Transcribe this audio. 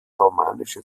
romanische